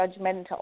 judgmental